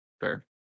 fair